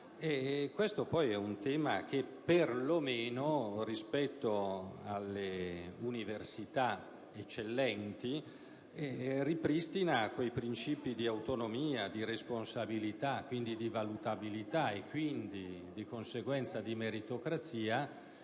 Questo è un tema che, perlomeno, rispetto alle università eccellenti, ripristina quei principi di autonomia, di responsabilità, di valutabilità e di conseguenza di meritocrazia